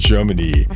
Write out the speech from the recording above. Germany